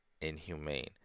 Inhumane